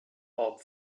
bulb